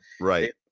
right